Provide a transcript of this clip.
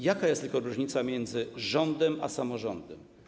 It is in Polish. Jaka jest tylko różnica między rządem a samorządem?